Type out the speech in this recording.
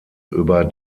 über